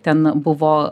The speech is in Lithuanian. ten buvo